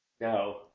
No